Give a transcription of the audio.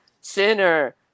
Sinner